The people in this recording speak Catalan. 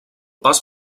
pas